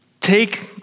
take